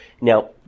Now